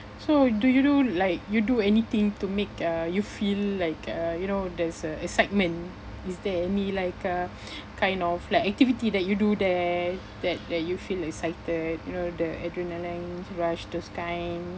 so do you do like you do anything to make uh you feel like uh you know there's a excitement is there any like uh kind of like activity that you do there that that you feel excited you know the adrenaline rush those kind